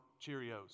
Cheerios